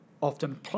often